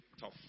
tough